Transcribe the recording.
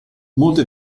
molte